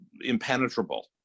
impenetrable